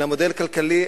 אלא מודל כלכלי,